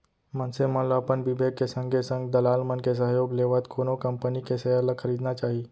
मनसे मन ल अपन बिबेक के संगे संग दलाल मन के सहयोग लेवत कोनो कंपनी के सेयर ल खरीदना चाही